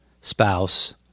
spouse